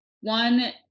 one